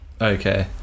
Okay